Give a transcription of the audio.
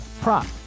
prop